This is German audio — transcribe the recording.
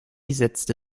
setzte